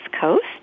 Coast